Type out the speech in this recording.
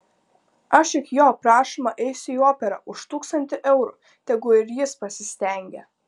aš juk jo prašoma eisiu į operą už tūkstantį eurų tegu ir jis pasistengia